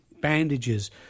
bandages